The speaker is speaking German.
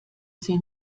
sie